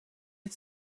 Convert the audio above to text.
had